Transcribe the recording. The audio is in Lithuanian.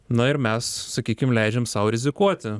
na ir mes sakykim leidžiam sau rizikuoti